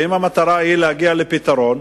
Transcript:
ואם המטרה היא להגיע לפתרון,